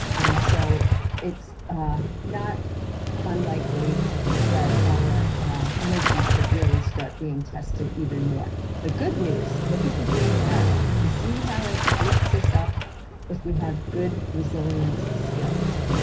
and so it's not unlikely that our energy could really start being tested even more. the good news, look at the green arrow. you see how it lifts us up if we have good resilience skills.